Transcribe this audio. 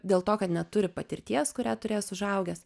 dėl to kad neturi patirties kurią turės užaugęs